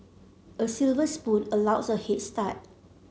a silver spoon allows a head start